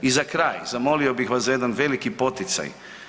I za kraj, zamolio bih vas za jedan veliki poticaj.